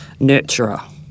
nurturer